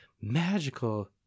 magical